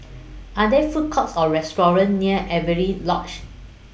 Are There Food Courts Or restaurants near Avery Lodge